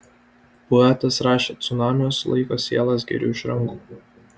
poetas rašė cunamiuos laiko sielas geriu iš rankų